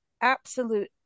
absolute